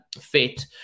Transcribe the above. fit